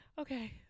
Okay